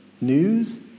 news